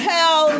Hell